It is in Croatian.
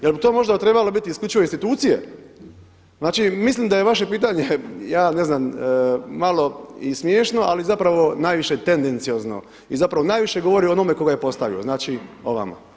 Je li to možda trebalo biti isključivo institucije, znači mislim da je vaše pitanje, ja ne znam malo i smiješno ali zapravo najviše tendenciozno i zapravo najviše govori o onome tko ga je postavio, znači o vama.